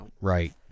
right